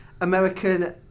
American